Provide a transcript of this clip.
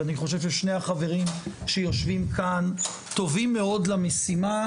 ואני חושב ששני החברים שיושבים כאן טובים מאוד למשימה,